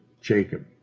Jacob